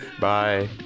Bye